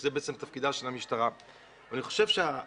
שזה בעצם תפקידה של המשטרה ואני חושב שגם